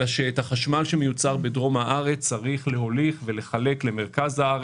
אלא שאת החשמל שמיוצר בדרום הארץ צריך להוליך ולחלק למרכז הארץ,